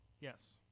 Yes